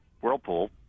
Whirlpool